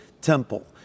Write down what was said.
temple